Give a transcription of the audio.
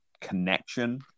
connection